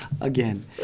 Again